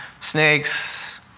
snakes